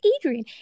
Adrian